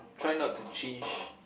try not to change